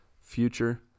future